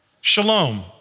Shalom